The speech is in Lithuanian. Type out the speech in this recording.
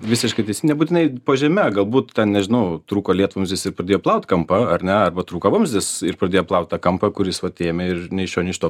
visiškai nebūtinai po žeme galbūt ten nežinau trūko lietvamzdis ir pradėjo plaut kampą ar ne arba trūko vamzdis ir pradėjo plaut tą kampą kuris vat ėmė iš nei iš šio nei iš to